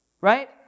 right